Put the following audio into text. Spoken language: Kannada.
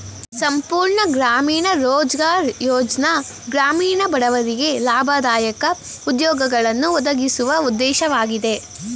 ಸಂಪೂರ್ಣ ಗ್ರಾಮೀಣ ರೋಜ್ಗಾರ್ ಯೋಜ್ನ ಗ್ರಾಮೀಣ ಬಡವರಿಗೆ ಲಾಭದಾಯಕ ಉದ್ಯೋಗಗಳನ್ನು ಒದಗಿಸುವ ಉದ್ದೇಶವಾಗಿದೆ